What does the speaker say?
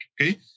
okay